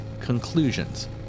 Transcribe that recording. Conclusions